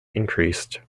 increased